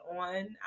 on